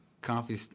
coffee